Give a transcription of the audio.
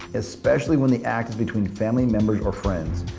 especially when the act is between family members or friends.